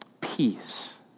Peace